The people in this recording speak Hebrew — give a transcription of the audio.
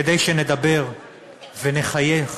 כדי שנדבר ונחייך